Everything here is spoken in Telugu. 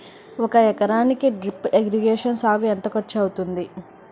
ఒక ఎకరానికి డ్రిప్ ఇరిగేషన్ సాగుకు ఎంత ఖర్చు అవుతుంది?